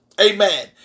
Amen